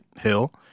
hill